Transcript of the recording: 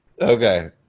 Okay